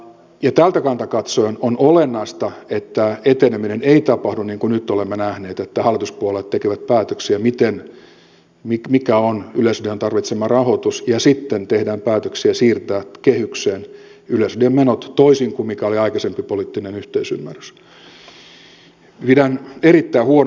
tältä kannalta katsoen on olennaista että eteneminen ei tapahdu niin kuin nyt olemme nähneet että hallituspuolueet tekevät päätöksiä mikä on yleisradion tarvitsema rahoitus ja sitten tehdään päätöksiä siirtää kehykseen yleisradion menot toisin kuin mikä oli aikaisempi poliittinen yhteisymmärrys